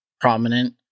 prominent